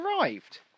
arrived